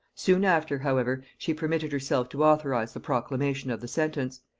soon after, however, she permitted herself to authorize the proclamation of the sentence,